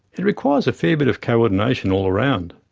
it requires a fair bit of coordination all round.